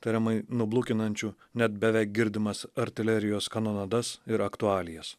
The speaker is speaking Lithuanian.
tariamai nublukinančiu net beveik girdimas artilerijos kanonadas ir aktualijas